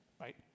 Right